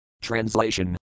Translation